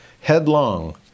headlong